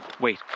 Wait